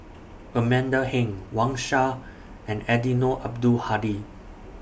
Amanda Heng Wang Sha and Eddino Abdul Hadi